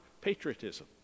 patriotism